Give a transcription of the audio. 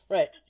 Right